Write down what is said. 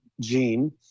gene